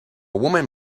woman